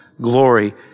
glory